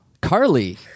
Carly